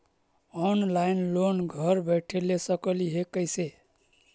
Online loan घर बैठे ले सकली हे, कैसे?